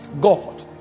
God